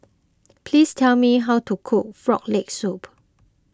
please tell me how to cook Frog Leg Soup